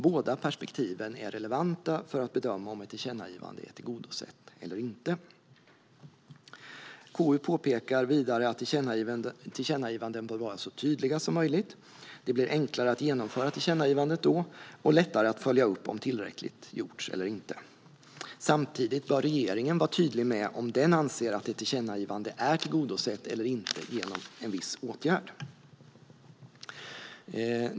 Båda perspektiven är relevanta för att bedöma om ett tillkännagivande är tillgodosett eller inte. KU påpekar vidare att tillkännagivanden bör vara så tydliga som möjligt. Det blir då enklare att genomföra tillkännagivandet och lättare att följa upp om tillräckligt har gjorts eller inte. Samtidigt bör regeringen vara tydlig med om den anser att ett tillkännagivande är tillgodosett eller inte genom en viss åtgärd.